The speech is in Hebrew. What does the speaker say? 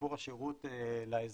בשיפור השירות לאזרחים.